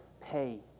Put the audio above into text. pay